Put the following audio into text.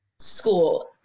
school